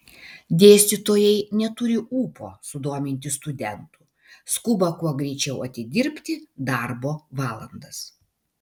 dėstytojai neturi ūpo sudominti studentų skuba kuo greičiau atidirbti darbo valandas